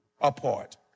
Apart